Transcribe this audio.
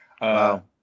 Wow